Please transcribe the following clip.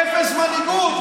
הבנתי אותך.